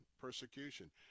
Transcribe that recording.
persecution